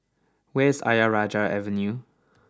where is Ayer Rajah Avenue